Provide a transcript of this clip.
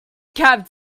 cab